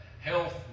health